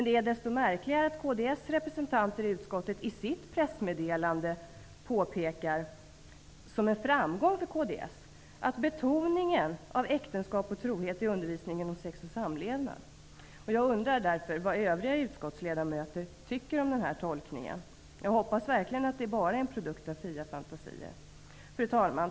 Det är desto märkligare att kds representanter i utskottet i sitt pressmeddelande påpekar, som en framgång för kds, ''betoningen av äktenskap och trohet i undervisningen om sex och samlevnad''. Jag undrar därför vad övriga utskottsledamöter tycker om denna tolkning. Jag hoppas verkligen att det bara är en produkt av fria fantasier. Fru talman!